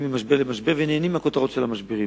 ממשבר למשבר ונהנים מהכותרות על המשברים.